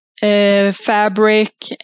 fabric